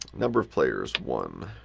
number of players, one.